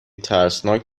ترسناک